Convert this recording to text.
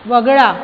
वगळा